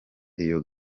iyo